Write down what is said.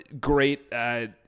great